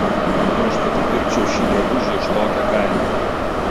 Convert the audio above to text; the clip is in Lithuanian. ar aš pati pirkčiau šį drabužį už tokią kainą